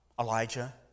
Elijah